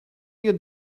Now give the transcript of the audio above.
your